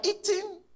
eating